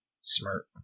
Smart